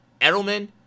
Edelman